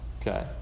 Okay